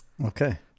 okay